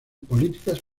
políticas